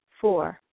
Four